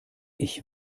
ich